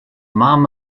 mam